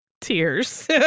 Tears